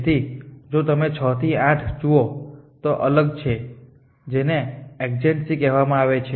તેથી જો તમે 6 થી 8 જુઓ તો આ અલગ છે જેને એડજેસન્સી કહેવામાં આવે છે